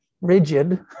Rigid